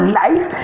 life